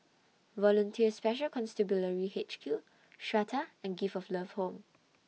Volunteer Special Constabulary H Q Strata and Gift of Love Home